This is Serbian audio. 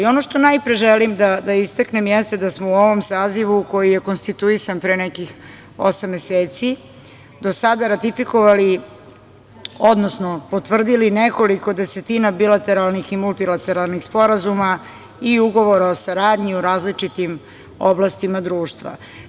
Ono što najpre želim da istaknem jeste da smo u ovom sazivu koji je konstituisan pre nekih osam meseci do sada ratifikovali, odnosno potvrdili nekoliko desetina bilateralnih i multilateralnih sporazuma i ugovora o saradnji u različitim oblastima društva.